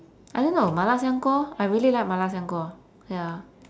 I don't know 麻辣香锅 I really like 麻辣香锅 ya